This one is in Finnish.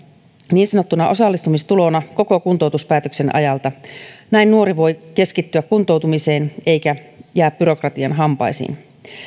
niin sanottuna osallistumistulona koko kuntoutuspäätöksen ajalta näin nuori voi keskittyä kuntoutumiseen eikä jää byrokratian hampaisiin